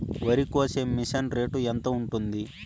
వరికోసే machine rate ఎంత ఉంటుంది?